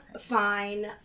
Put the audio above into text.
fine